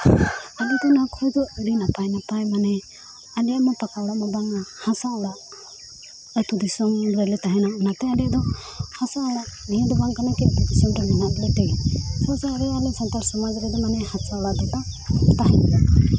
ᱟᱞᱮ ᱫᱚ ᱱᱚᱣᱟ ᱠᱚᱫᱚ ᱟᱹᱰᱤ ᱱᱟᱯᱟᱭ ᱱᱟᱯᱟᱭ ᱢᱟᱱᱮ ᱟᱞᱮᱭᱟᱜ ᱢᱟ ᱯᱟᱠᱟ ᱚᱲᱟᱜ ᱢᱟ ᱵᱟᱝᱼᱟ ᱦᱟᱥᱟ ᱚᱲᱟᱜ ᱟᱛᱳ ᱫᱤᱥᱚᱢ ᱨᱮᱞᱮ ᱛᱟᱦᱮᱱᱟ ᱚᱱᱟᱛᱮ ᱟᱞᱮ ᱫᱚ ᱦᱟᱥᱟ ᱚᱲᱟᱜ ᱱᱤᱭᱟᱹ ᱫᱚ ᱵᱟᱝ ᱠᱟᱱᱟ ᱠᱤ ᱟᱛᱳ ᱫᱤᱥᱚᱢ ᱨᱮ ᱢᱮᱱᱟ ᱞᱮ ᱛᱮ ᱟᱞᱮ ᱥᱟᱱᱛᱟᱲ ᱥᱚᱢᱟᱡᱽ ᱨᱮᱫᱚ ᱢᱟᱱᱮ ᱦᱟᱥᱟ ᱚᱲᱟᱜ ᱫᱚ ᱛᱟᱦᱮᱱ ᱜᱮᱭᱟ